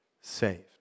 saved